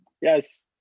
Yes